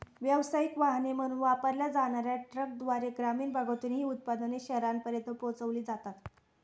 व्यावसायिक वाहने म्हणून वापरल्या जाणार्या ट्रकद्वारे ग्रामीण भागातून ही उत्पादने शहरांपर्यंत पोहोचविली जातात